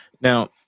now